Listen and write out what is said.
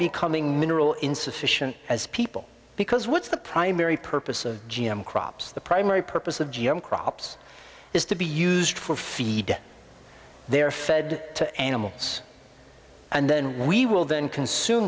becoming mineral insufficient as people because what's the primary purpose of g m crops the primary purpose of g m crops is to be used for feed their fed to animals and then we will then consume